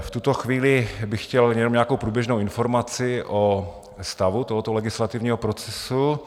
V tuto chvíli bych chtěl nějakou průběžnou informaci o stavu tohoto legislativního procesu.